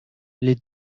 les